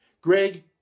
greg